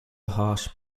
harsh